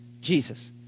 Jesus